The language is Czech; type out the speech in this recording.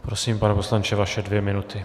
Prosím, pane poslanče, vaše dvě minuty.